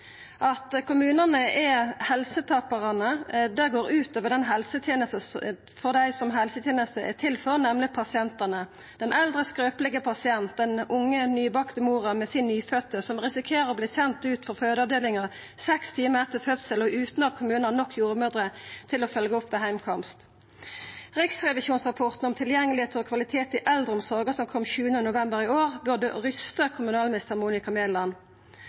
for, nemleg pasientane: den eldre, skrøpelege pasienten og den unge, nybakte mora med sin nyfødde, som risikerer å verta sendt ut frå fødeavdelinga seks timar etter fødsel og utan at kommunane har nok jordmødrer til å følgja opp ved heimkomst. Riksrevisjonsrapporten om tilgjenge og kvalitet i eldreomsorga, som kom 20. november i år, burde uroa kommunalminister Monica Mæland.